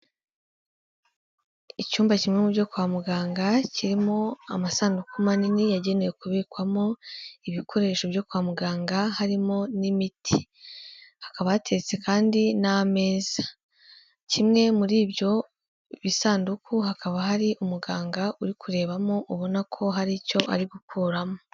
Icyumba kimwe mu byo kwa muganga kirimo amasanduku manini yagenewe kubikwamo, ibikoresho byo kwa muganga harimo n'imiti, hakaba hatetse kandi n'ameza, kimwe muri ibyo bisanduku hakaba hari umuganga uri kurebamo ubona ko hari icyo ari gukuramo.